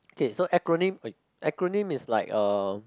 K so acronym acronym is like a